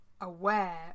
aware